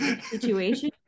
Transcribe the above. situation